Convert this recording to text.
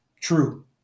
True